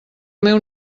meu